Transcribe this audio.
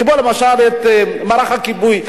כמו למשל את מערך הכיבוי,